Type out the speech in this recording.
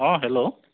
অ' hello